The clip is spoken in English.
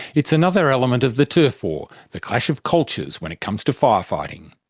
it's another element of the turf war, the clash of cultures when it comes to fire fighting.